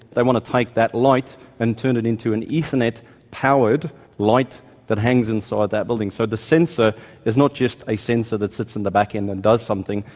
they want to take that light and turn it into an ethernet powered light that hangs and inside that building. so the sensor is not just a sensor that sits in the back end and does something,